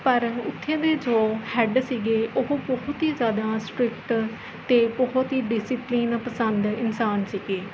ਪਰ ਉੱਥੇ ਦੇ ਜੋ ਹੈੱਡ ਸੀਗੇ ਉਹ ਬਹੁਤ ਹੀ ਜ਼ਿਆਦਾ ਸਟ੍ਰਿਕਟ ਅਤੇ ਬਹੁਤ ਹੀ ਡਸਿਪਲੀਨ ਪਸੰਦ ਇਨਸਾਨ ਸੀਗੇ